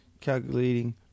calculating